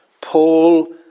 Paul